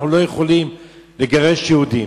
אנחנו לא יכולים לגרש יהודים.